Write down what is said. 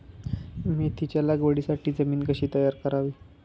मेथीच्या लागवडीसाठी जमीन कशी तयार करावी?